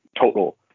total